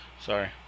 Sorry